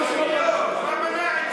מה מונע את זה?